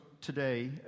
today